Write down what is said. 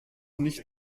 nicht